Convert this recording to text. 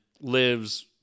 lives